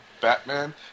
Batman